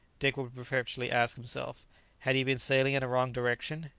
dick would perpetually ask himself had he been sailing in a wrong direction?